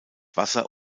wasser